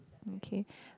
okay